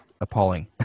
appalling